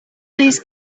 least